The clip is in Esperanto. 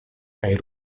kaj